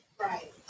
Right